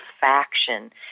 faction